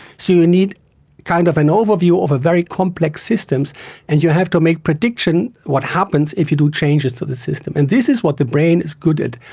so you need kind of an overview of very complex systems and you have to make predictions about what happens if you do changes to the system. and this is what the brain is good at,